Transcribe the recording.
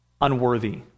unworthy